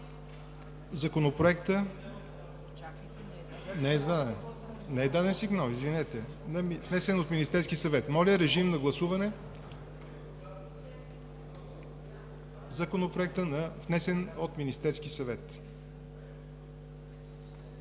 Законопроекта, внесен от Министерския съвет.